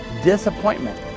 disappointment,